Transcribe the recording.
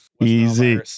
Easy